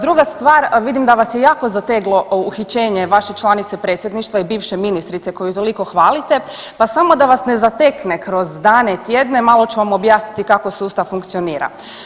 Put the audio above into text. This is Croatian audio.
Druga stvar, vidim da vas je jako zateglo uhićenje vaše članice Predsjedništva i bivše Ministrice koju toliko hvalite, pa samo da vas ne zatekne kroz dane, tjedne, malo ću vam objasniti kako sustav funkcionira.